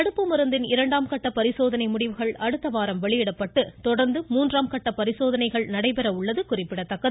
தடுப்பு மருந்தின் இரண்டாம் கட்ட பரிசோதனை முடிவுகள் அடுத்த வாரம் இந்த வெளியிடப்பட்டு தொடர்ந்து மூன்றாம் கட்ட பரிசோதனைகள் நடைபெற உள்ளது குறிப்பிடத்தக்கது